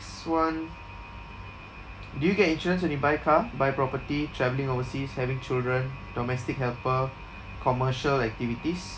next [one] do you get insurance when you buy car buy property travelling overseas having children domestic helper commercial activities